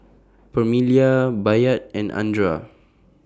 Permelia Bayard and Andra